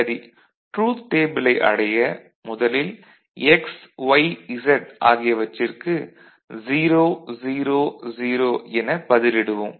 சரி ட்ரூத் டேபிளை அடைய முதலில் x y z ஆகியவற்றிற்கு 0 0 0 என பதிலிடுவோம்